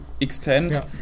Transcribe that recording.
extend